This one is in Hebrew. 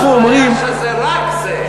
לא, הבעיה שזה רק זה.